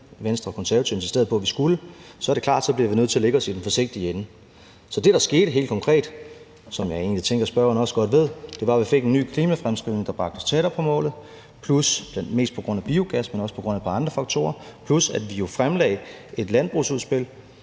Venstre og Konservative insisterede på at vi skulle, så er det klart, at så bliver vi nødt til at lægge os i den forsigtige ende. Så det, der helt konkret skete, hvilket jeg egentlig tænker at spørgeren også godt ved, var, at vi fik en ny klimafremskrivning, der bragte os tættere på målet – mest på grund af biogas, men også på grund af et par andre faktorer – plus at vi jo fremlagde et landbrugsudspil,